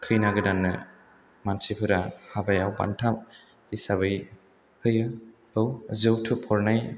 खैना गोदाननो मानसिफोरा हाबायाव बान्था हिसाबै होयो बाव जौथुब हरनाय